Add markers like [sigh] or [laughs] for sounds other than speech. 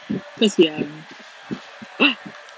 kesian [laughs]